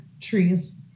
trees